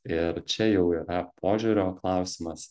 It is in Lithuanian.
ir čia jau yra požiūrio klausimas